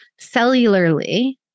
cellularly